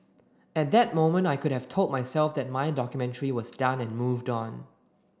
at that moment I could have told myself that my documentary was done and moved on